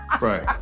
Right